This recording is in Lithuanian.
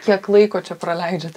kiek laiko čia praleidžiat